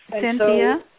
Cynthia